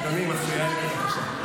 אדוני, היא מפריעה לי כאן עכשיו.